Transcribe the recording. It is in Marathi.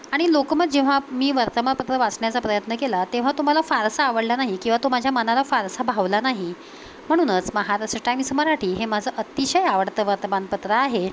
आणि लोकमत जेव्हा मी वर्तमानपत्र वाचण्याचा प्रयत्न केला तेव्हा तो मला फारसा आवडला नाही किंवा तो माझ्या मनाला फारसा भावला नाही म्हणूनच महाराष्ट्र टाईम्स मराठी हे माझं अतिशय आवडतं वर्तमानपत्र आहे